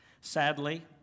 Sadly